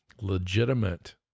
legitimate